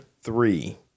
three